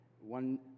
one